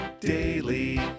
Daily